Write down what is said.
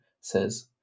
says